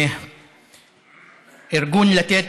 ארגון לתת,